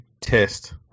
test